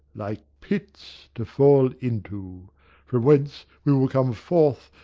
like pits to fall into from whence we will come forth,